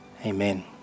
Amen